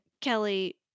Kelly